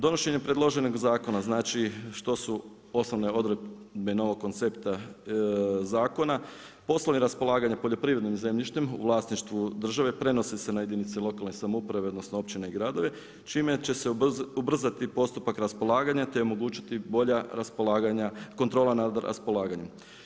Donošenje predloženog zakona znači što su osnovne odredbe novog koncepta zakona, poslovi raspolaganja poljoprivrednim zemljištem u vlasništvu države prenose se na jedinica lokalne samouprave odnosno općine i gradove čime će se ubrzati postupak raspolaganja te omogućiti bolja kontrola nad raspolaganjem.